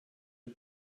are